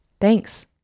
Thanks